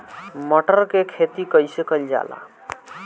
मटर के खेती कइसे कइल जाला?